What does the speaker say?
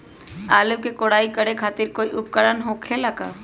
आलू के कोराई करे खातिर कोई उपकरण हो खेला का?